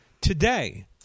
Today